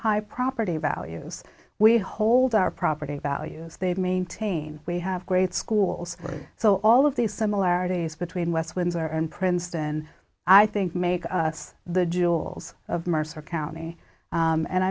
high property values we hold our property values they've maintained we have great schools so all of these similarities between west windsor and princeton i think make us the jewels of mercer county